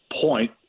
point